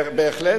בהחלט.